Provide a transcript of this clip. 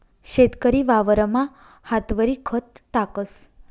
शेतकरी वावरमा हातवरी खत टाकस